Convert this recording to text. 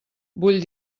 vull